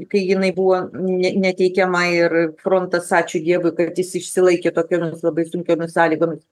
kai jinai buvo ne neteikiama ir frontas ačiū dievui kad jis išsilaikė tokiomis labai sunkiomis sąlygomis